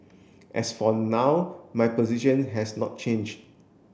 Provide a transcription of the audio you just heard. as for now my position has not change